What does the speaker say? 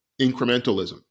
incrementalism